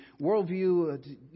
worldview